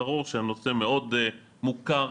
ברור שהנושא מאוד מוכר,